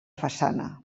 façana